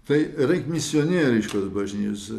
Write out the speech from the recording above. tai reik misionieriškos bažnyčios